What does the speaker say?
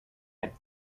had